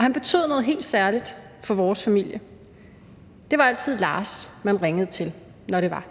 Han betød noget helt særligt for vores familie. Det var altid Lars, man ringede til, når det var,